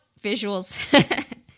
visuals